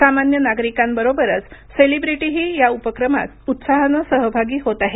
सामान्य नागरिकांबरोबरच सेलिब्रिटीही या उपक्रमात उत्साहानं सहभागी होत आहेत